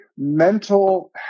mental